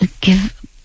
give